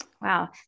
Wow